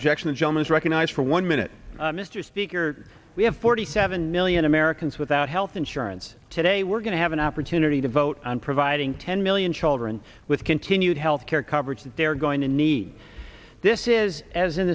objection and john is recognized for one minute mr speaker we have forty seven million americans without health insurance today we're going to have an opportunity to vote on providing ten million children with continued health care coverage that they're going to need this is as in